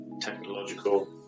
technological